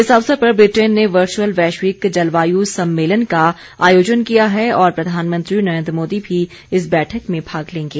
इस अवसर पर ब्रिटेन ने वर्चुअल वैश्विक जलवायु सम्मेलन का आयोजन किया है और प्रधानमंत्री नरेन्द्र मोदी भी इस बैठक में भाग लेंगे